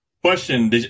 Question